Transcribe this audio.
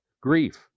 grief